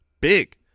big